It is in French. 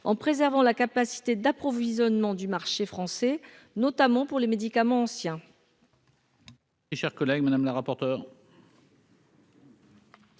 en préservant la capacité d'approvisionnement du marché français, notamment pour les médicaments anciens.